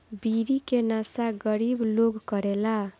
बीड़ी के नशा गरीब लोग करेला